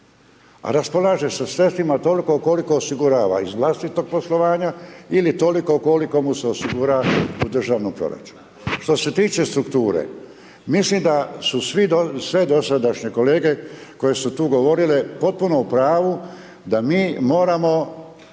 Raspolaže sa sredstvima toliko koliko osigurava iz vlastitog poslovanja ili toliko koliko mu se osigura u državnom proračunu. Što se tiče strukture mislim da su sve dosadašnje kolege koje su tu govorile potpuno u pravu da mi moramo